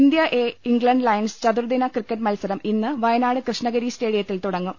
India A England Lions ചതുർദിന cricket മത്സരം ഇന്ന് വയ നാട് കൃഷ്ണഗിരി സ്റ്റേഡിയത്തിൽ തുടങ്ങും